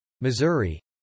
Missouri